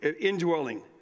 indwelling